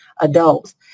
adults